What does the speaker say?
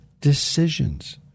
decisions